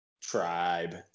Tribe